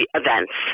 events